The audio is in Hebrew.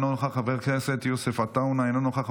אינו נוכח,